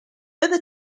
other